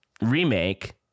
remake